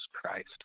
Christ